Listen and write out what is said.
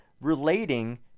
relating